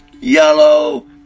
yellow